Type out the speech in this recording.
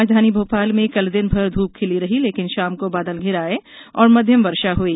राजधानी भोपाल में कल दिनभर धूप खिली रही लेकिन शाम को बादल घिर आये और मध्यम वर्षा हुई